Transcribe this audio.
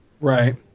Right